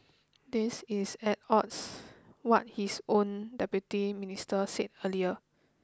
this is at odds what his own Deputy Minister said earlier